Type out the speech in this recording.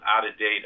out-of-date